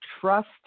trust